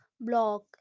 block